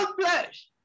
flesh